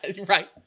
Right